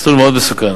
מסלול מאוד מסוכן.